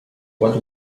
what